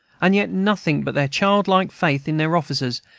and yet nothing but their childlike faith in their officers,